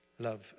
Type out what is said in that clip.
love